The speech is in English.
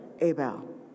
Abel